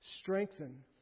strengthen